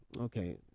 Okay